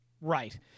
Right